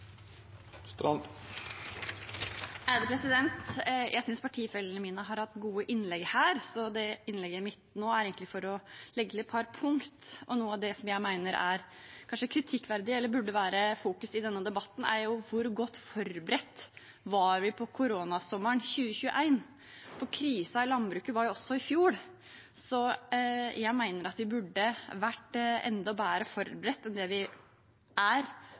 Jeg synes partifellene mine har hatt gode innlegg her, så innlegget mitt nå er egentlig for å legge til et par punkter. Noe av det jeg mener er kanskje kritikkverdig, eller burde være fokus i denne debatten, er: Hvor godt forberedt var vi på koronasommeren 2021? Det var jo krise i landbruket også i fjor, så jeg mener at vi burde vært enda bedre forberedt enn det vi er